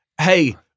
hey